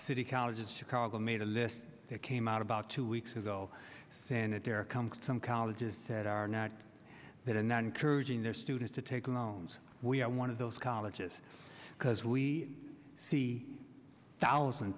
city college of chicago made a list that came out about two weeks ago saying that there comes to some colleges said are not that are not encouraging their students to take loans we are one of those colleges because we see thousand